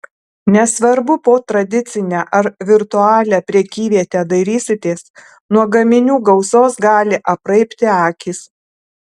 nesvarbu po tradicinę ar virtualią prekyvietę dairysitės nuo gaminių gausos gali apraibti akys